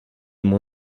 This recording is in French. mon